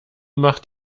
macht